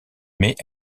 mais